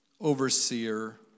overseer